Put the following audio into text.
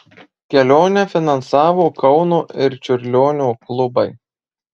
kelionę finansavo kauno ir čiurlionio klubai